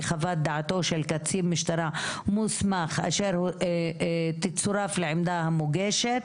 חוות דעתו של קצין משטרה מוסמך אשר תצורף לעמדה המוגשת,